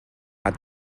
add